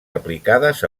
aplicades